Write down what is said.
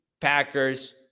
Packers